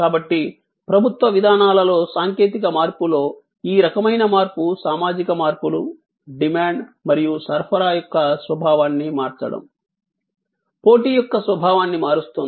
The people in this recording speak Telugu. కాబట్టి ప్రభుత్వ విధానాలలో సాంకేతిక మార్పులో ఈ రకమైన మార్పు సామాజిక మార్పులు డిమాండ్ మరియు సరఫరా యొక్క స్వభావాన్ని మార్చడం పోటీ యొక్క స్వభావాన్ని మారుస్తుంది